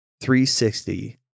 360